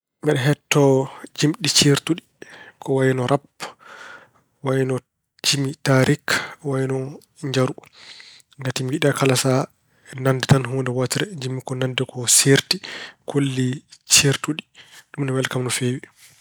Mbeɗe heɗto jimɗi ceertuɗi ko wayino rap, wayno jimi taariik, wayino njaru. Ngati mi yiɗaa kala sahaa nannde huunde wootere. Njiɗmi ko nannde ko seerti, kolli ceertuɗi. Ɗum ina wela kam no feewi.